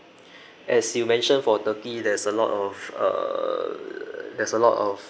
as you mentioned for turkey there's a lot of err there's a lot of